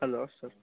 hello sir